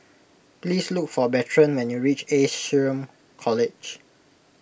please look for Bertrand when you reach Ace Shrm College